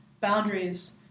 boundaries